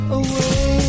away